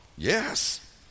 Yes